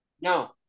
No